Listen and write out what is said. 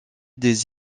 des